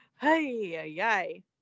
Hey